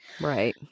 Right